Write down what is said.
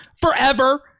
forever